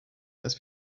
dass